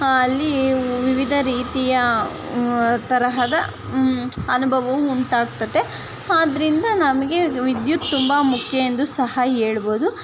ಅಲ್ಲಿ ವಿವಿಧ ರೀತಿಯ ತರಹದ ಅನುಭವವು ಉಂಟಾಗ್ತದೆ ಆದ್ದರಿಂದ ನಮಗೆ ವಿದ್ಯುತ್ ತುಂಬ ಮುಖ್ಯ ಎಂದು ಸಹ ಹೇಳ್ಬೋದು